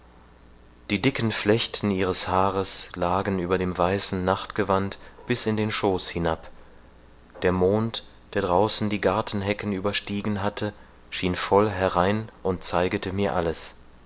die dicken flechten ihres haares lagen über dem weißen nachtgewand bis in den schoß hinab der mond der draußen die gartenhecken überstiegen hatte schien voll herein und zeigete mir alles